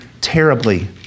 terribly